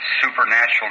supernatural